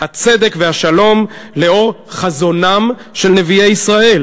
הצדק והשלום לאור חזונם של נביאי ישראל,